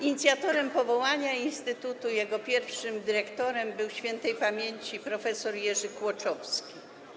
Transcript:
Inicjatorem powołania instytutu i jego pierwszym dyrektorem był śp. prof. Jerzy Kłoczowski.